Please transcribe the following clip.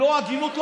לא הגינות,